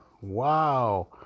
wow